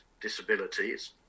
disabilities